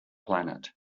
planet